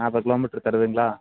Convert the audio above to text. நாற்பது kilometre தருதுங்களா